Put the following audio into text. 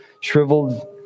shriveled